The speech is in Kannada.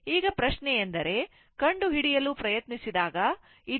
ಈಗ ಪ್ರಶ್ನೆಯೆಂದರೆ ಕಂಡುಹಿಡಿಯಲು ಪ್ರಯತ್ನಿಸಿದಾಗ ಇದನ್ನು ನೋಡಿ